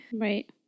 Right